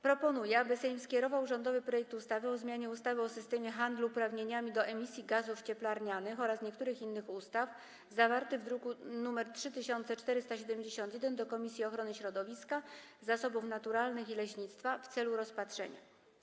proponuje, aby Sejm skierował rządowy projekt ustawy o zmianie ustawy o systemie handlu uprawnieniami do emisji gazów cieplarnianych oraz niektórych innych ustaw, zawarty w druku nr 3471, do Komisji Ochrony Środowiska, Zasobów Naturalnych i Leśnictwa w celu rozpatrzenia.